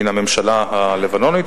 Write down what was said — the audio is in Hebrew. מן הממשלה הלבנונית,